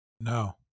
no